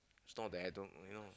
it's not that I don't you know